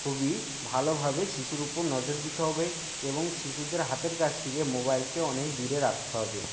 খুবই ভালোভাবে শিশুর উপর নজর দিতে হবে এবং শিশুদের হাতের কাছ থেকে মোবাইলকে অনেক দূরে রাখতে হবে